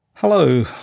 Hello